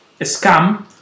Scam